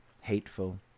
hateful